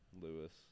Lewis